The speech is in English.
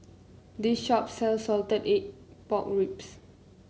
this shop sells Salted Egg Pork Ribs